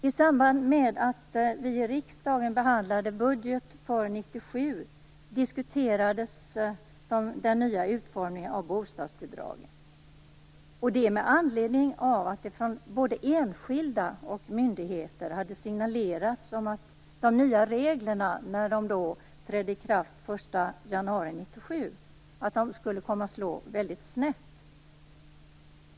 I samband med att riksdagen behandlade budgeten för 1997 diskuterades den nya utformningen av bostadsbidragen med anledning av att det från både enskilda och myndigheter hade signalerats att de nya reglerna - som trädde i kraft den 1 januari 1997 - skulle slå snett.